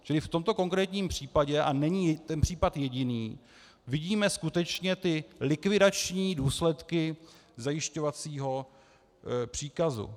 Čili v tomto konkrétním případě a není ten případ jediný vidíme skutečně ty likvidační důsledky zajišťovacího příkazu.